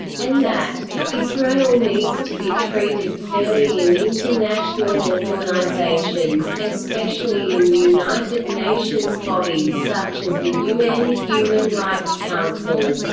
and that israel needs to be treated fairly in international organizations, especially in united nations bodies such as the un human rights council.